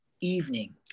evening